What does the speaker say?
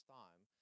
time